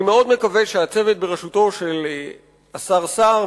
אני מאוד מקווה שהצוות בראשות השר סער,